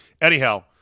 Anyhow